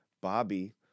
Bobby